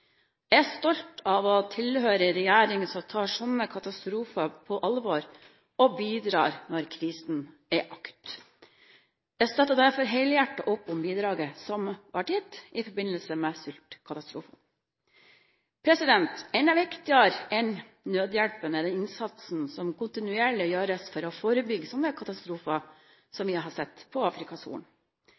Jeg er stolt over å tilhøre en regjering som tar slike katastrofer på alvor og bidrar når krisen er akutt. Jeg støtter derfor helhjertet opp om bidraget som er gitt i forbindelse med sultkatastrofen. Enda viktigere enn nødhjelpen er den innsatsen som kontinuerlig gjøres for å forebygge slike katastrofer som den vi har sett på Afrikas Horn.